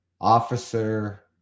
officer